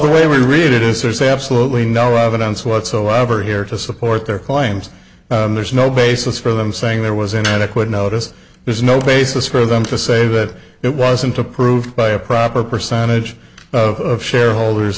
the way we read it is there's absolutely no evidence whatsoever here to support their claims there's no basis for them saying there was an adequate notice there's no basis for them to say that it wasn't approved by a proper percentage of shareholders